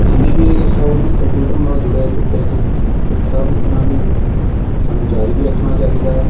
ਜਿੰਨੇ ਵੀ ਹੈਗਾ ਸਭ ਉਹਨੇ ਕੰਪਿਊਟਰ ਨਾਲ਼ ਜੁੜੇ ਕਿੱਤੇ ਨੇ ਅਤੇ ਸਭ ਇਹਨਾਂ ਨੂੰ ਸਾਨੂੰ ਜਾਰੀ ਵੀ ਰੱਖਣਾ ਚਾਹੀਦਾ ਹੈ